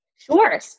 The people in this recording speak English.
Sure